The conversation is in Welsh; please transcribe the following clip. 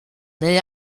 neu